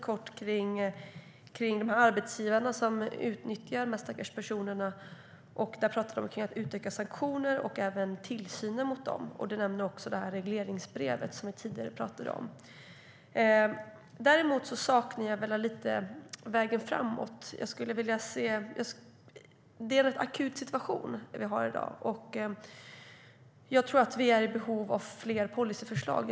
Du nämnde kort arbetsgivarna som utnyttjar de här stackars personerna och talade om att utöka sanktioner och tillsynen mot dem. Du nämnde också regleringsbrevet, som vi talade om tidigare. Jag saknar dock vägen framåt. Vi har en ganska akut situation i dag. Jag tror att vi är i behov av fler policyförslag.